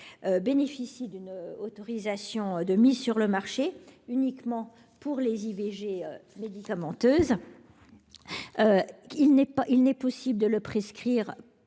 bénéficie d'une autorisation de mise sur le marché uniquement pour les IVG médicamenteuses. Il n'est possible de le prescrire